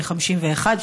51%,